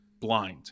blind